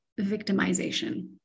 victimization